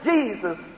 Jesus